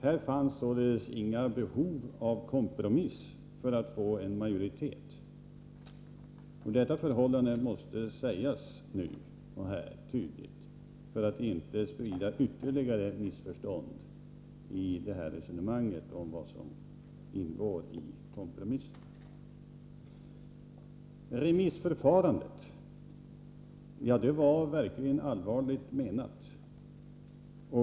Här fanns således inga behov av kompromiss för att få en majoritet. Detta förhållande måste framföras tydligt här och nu för att det inte skall spridas ytterligare missförstånd när det gäller resonemanget om vad som gett anledning till kompromissen. Remissförfarandet var verkligen allvarligt menat.